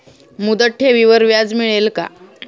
मुदत ठेवीवर व्याज मिळेल का?